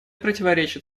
противоречит